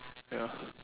ya